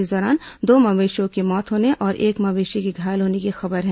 इस दौरान दो मवेशियों की मौत होने और एक मवेशी के घायल होने की खबर है